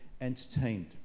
entertained